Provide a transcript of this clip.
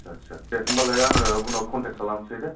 आतसा दे होमबालाय आङो उमाव कन्टेक खालामनोसै दे